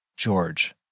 George